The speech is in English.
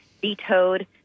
Vetoed